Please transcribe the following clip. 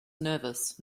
nervous